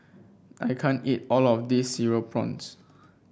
I can't eat all of this Cereal Prawns